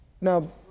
Now